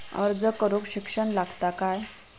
अर्ज करूक शिक्षण लागता काय?